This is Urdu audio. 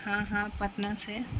ہاں ہاں پٹنہ سے